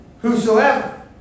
whosoever